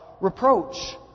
reproach